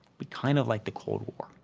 be kind of like the cold war,